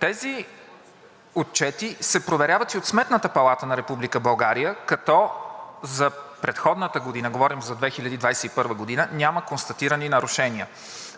Тези отчети се проверяват и от Сметната палата на Република България, като за предходната година – говорим за 2021 г., няма констатирани нарушения.